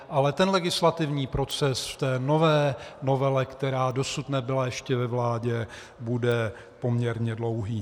Ale ten legislativní proces v nové novele, která dosud nebyla ještě ve vládě, bude poměrně dlouhý.